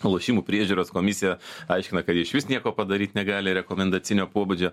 lošimų priežiūros komisija aiškina kad išvis nieko padaryt negali rekomendacinio pobūdžio